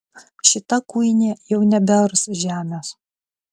šita kuinė jau nebears žemės